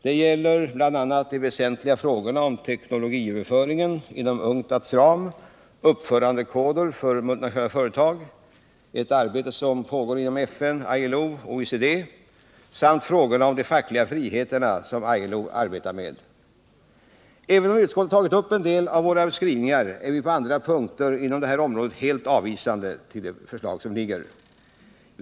Det gäller bl.a. de väsentliga frågorna om teknologiöverföringen inom UNCTAD:s ram, uppförandekoder för multinationella företag — ett arbete som pågår inom FN, ILO och OECD —- samt frågorna om de fackliga friheterna som ILO arbetar med. Även om utskottet tagit upp en del av våra skrivningar ställer vi oss på andra punkter inom detta område helt avvisande till det förslag som föreligger.